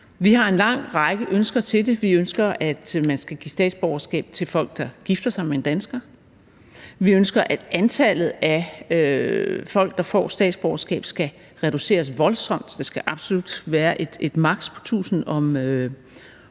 Vi har en lang række ønsker til det. Vi ønsker, at man skal give statsborgerskab til folk, der gifter sig med en dansker. Vi ønsker, at antallet af folk, der får statsborgerskab, skal reduceres voldsomt – der skal absolut være et maks. på 1.000 om